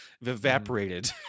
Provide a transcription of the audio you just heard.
evaporated